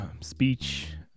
speech